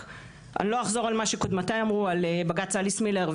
אני לא אחזור על מה שקודמותיי אמרו על בג"צ אליס מילר,